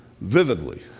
vividly